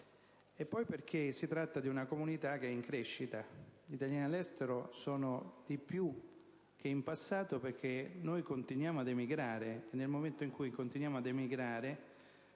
luogo, perché si tratta di una comunità in crescita. Gli italiani all'estero sono di più che in passato perché continuiamo ad emigrare e, nel momento in cui continuiamo a farlo,